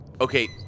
Okay